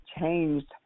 changed